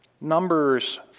Numbers